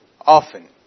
often